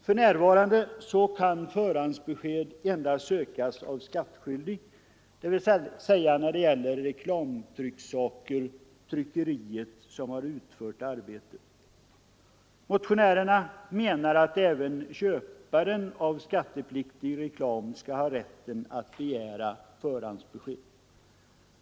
För närvarande kan förhandsbesked endast sökas av skattskyldig — dvs. när det gäller reklamtrycksaker, tryckerier — som har utfört arbetet. Motionärerna menar att även köparen av skattepliktig reklam kan ha rätt att begära förhandsbesked.